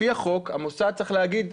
לפי החוק, המוסד צריך להגיד,